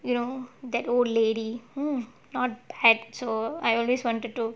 you know that old lady not bad so I always wanted to do